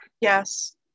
Yes